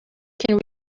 can